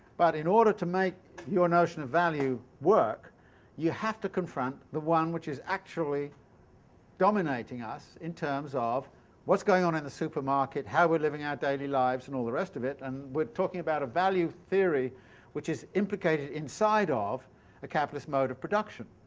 but in order to make your notion of value work you have to confront the one which is actually dominating us in terms of what's going on in the supermarket, how we're living our daily lives and all the rest of it. and we're talking about a value theory which is implicated inside ah of a capitalist mode of production.